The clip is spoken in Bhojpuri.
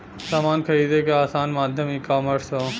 समान खरीदे क आसान माध्यम ईकामर्स हौ